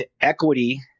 equity